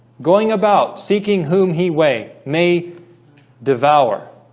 going about seeking whom he way may devour.